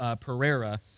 Pereira